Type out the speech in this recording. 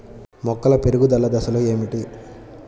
మొక్కల పెరుగుదల దశలు ఏమిటి?